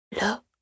Look